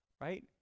right